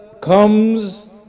comes